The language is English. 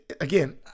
again